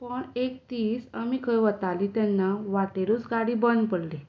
पूण एक दीस आमी खंय वतालीं तेन्ना वाटेरूच गाडी बंद पडली